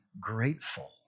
grateful